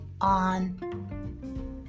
on